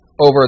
over